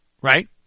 Right